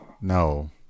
No